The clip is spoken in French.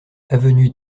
avenue